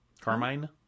Carmine